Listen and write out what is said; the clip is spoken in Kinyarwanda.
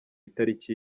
itariki